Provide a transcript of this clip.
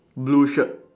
blue shirt